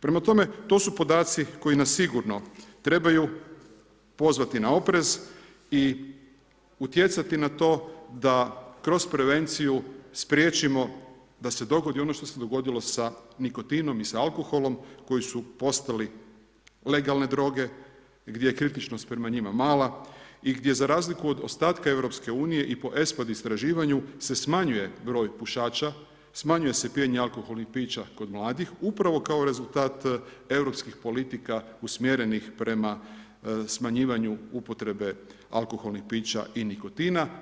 Prema tome, to su podaci koji nas sigurno trebaju pozvati na oprez i utjecati na to da kroz prevenciju spriječimo da se dogodi ono što se dogodilo sa nikotinom i sa alkoholom koji su postali legalne droge, gdje je kritičnost prema njima mala i gdje za razliku od ostatka EU i po ESPAD istraživanju se smanjuje broj pušača, smanjuje se pijenje alkoholnih pića kod mladih, upravo kao rezultat europskih politika usmjerenih prema smanjivanju upotrebe alkoholnih pića i nikotina.